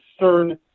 CERN